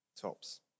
tops